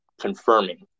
confirming